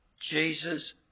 Jesus